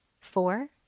four